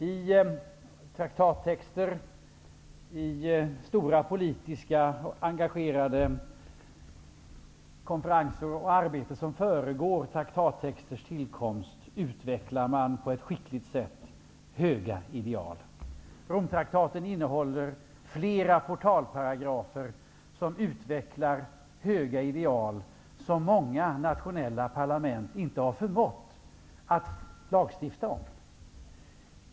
I stora politiska engagerade konferenser och arbeten som föregår traktattexters tillkomst utvecklar man på ett skickligt sätt höga ideal. Romtraktaten innehåller flera portalparagrafer som utvecklar höga ideal som många nationella parlament inte har förmått att lagstifta om.